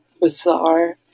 bizarre